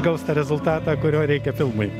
gaus tą rezultatą kurio reikia filmui